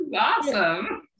awesome